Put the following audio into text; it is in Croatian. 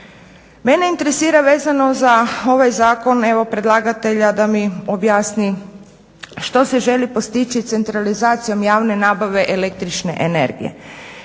Mene interesira vezano za ovaj zakon evo predlagatelja da mi objasni što se želi postići centralizacijom javne nabave električne energije.